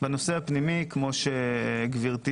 הנושא הפנימי כפי שציינת,